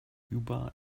juba